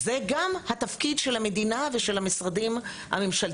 אז זה גם התפקיד של המדינה ושל המשרדים הממשלתיים,